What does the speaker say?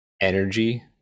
energy